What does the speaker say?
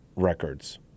Records